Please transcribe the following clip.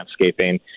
landscaping